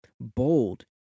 bold